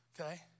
Okay